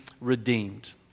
redeemed